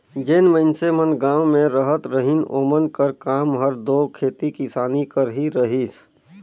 जेन मइनसे मन गाँव में रहत रहिन ओमन कर काम हर दो खेती किसानी कर ही रहिस